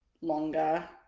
longer